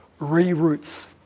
reroutes